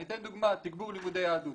אני אתן דוגמא, תגבור לימודי יהדות.